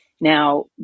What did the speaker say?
Now